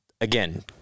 again